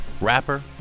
rapper